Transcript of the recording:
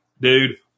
dude